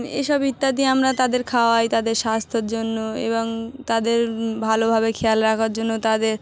এসব ইত্যাদি আমরা তাদের খাওয়াই তাদের স্বাস্থ্যর জন্য এবং তাদের ভালোভাবে খেয়াল রাখার জন্য তাদের